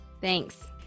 Thanks